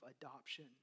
adoption